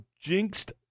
jinxed